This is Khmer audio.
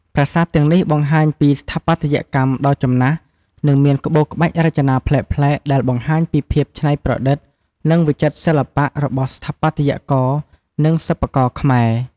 ប្រាសាទទាំងនេះបង្ហាញពីស្ថាបត្យកម្មដ៏ចំណាស់ និងមានក្បូរក្បាច់រចនាប្លែកៗ ដែលបង្ហាញពីភាពច្នៃប្រឌិត និងវិចិត្រសិល្បៈរបស់ស្ថាបត្យករ និងសិប្បករខ្មែរ។